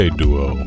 duo